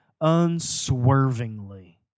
unswervingly